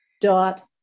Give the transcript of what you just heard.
dot